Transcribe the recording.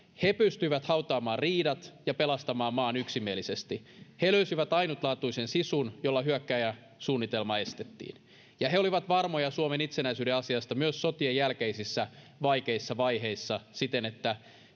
he pystyivät hautaamaan riidat ja pelastamaan maan yksimielisesti he löysivät ainutlaatuisen sisun jolla hyökkääjän suunnitelma estettiin ja he olivat varmoja suomen itsenäisyyden asiasta myös sotien jälkeisissä vaikeissa vaiheissa siten että